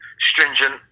Stringent